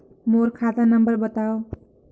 मोर खाता नम्बर बताव?